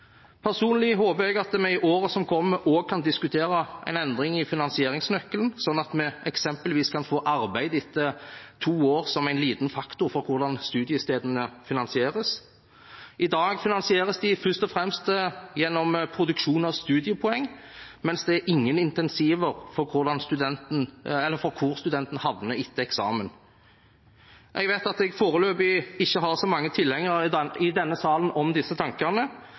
Personlig håper jeg at vi i årene som kommer, også kan diskutere en endring i finansieringsnøkkelen, sånn at vi eksempelvis kan få arbeid etter to år som en liten faktor for hvordan studiestedene finansieres. I dag finansieres de først og fremst gjennom produksjon av studiepoeng, mens det er ingen incentiver for hvor studenten havner etter eksamen. Jeg vet at jeg foreløpig ikke har så mange tilhengere i denne salen for disse tankene.